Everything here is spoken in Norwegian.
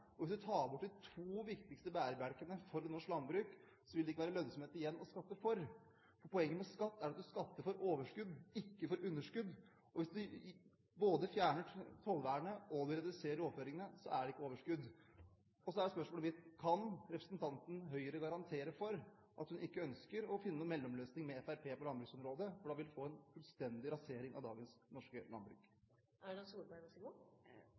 Og hvis du tar bort de to viktigste bærebjelkene for norsk landbruk, vil det ikke være lønnsomhet igjen å skatte for. Poenget med skatt er at du skatter for overskudd, ikke for underskudd, og hvis du både fjerner tollvernet og reduserer overføringene, så er det ikke overskudd. Så er spørsmålet mitt: Kan representanten fra Høyre garantere for at hun ikke ønsker å finne noen mellomløsning med Fremskrittspartiet på landbruksområdet, for da vil vi få en fullstendig rasering av dagens norske